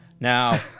Now